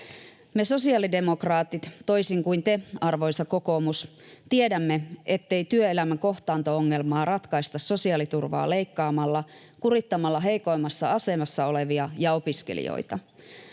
Me sosiaalidemokraatit — toisin kuin te, arvoisa kokoomus — tiedämme, ettei työelämän kohtaanto-ongelmaa ratkaista sosiaaliturvaa leikkaamalla, kurittamalla heikoimmassa asemassa olevia ja opiskelijoita.